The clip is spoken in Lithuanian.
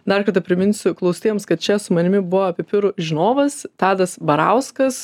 dar kartą priminsiu klausytojams kad čia su manimi buvo pipirų žinovas tadas barauskas